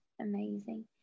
amazing